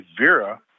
Vera